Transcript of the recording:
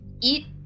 eat